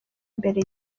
imbere